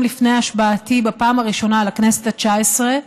לפני השבעתי בפעם הראשונה לכנסת התשע-עשרה,